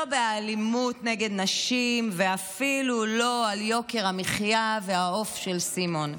לא באלימות נגד נשים ואפילו לא על יוקר המחיה ועל העוף של סימון.